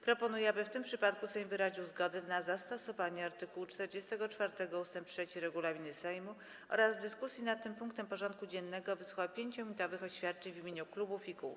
Proponuję, aby w tym przypadku Sejm wyraził zgodę na zastosowanie art. 44 ust. 3 regulaminu Sejmu oraz w dyskusji nad tym punktem porządku dziennego wysłuchał 5-minutowych oświadczeń w imieniu klubów i kół.